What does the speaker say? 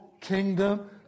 kingdom